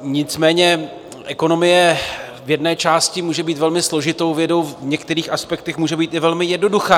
Nicméně ekonomie v jedné části může být velmi složitou vědou, v některých aspektech může být i velmi jednoduchá.